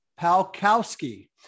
Palkowski